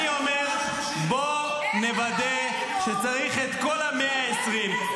אני אומר, בוא נוודא שצריך את כל ה-120.